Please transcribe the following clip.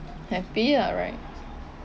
happy lah right